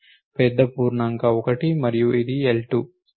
పెద్ద పూర్ణాంక 1 మరియు ఇది L2